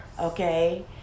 okay